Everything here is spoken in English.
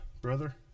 brother